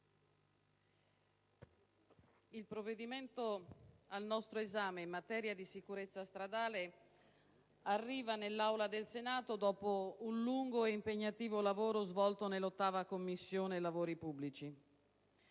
il provvedimento al nostro esame, in materia di sicurezza stradale, arriva nell'Aula del Senato dopo un lungo ed impegnativo lavoro svolto nella Commissione lavori pubblici,